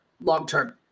long-term